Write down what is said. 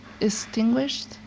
extinguished